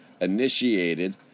Initiated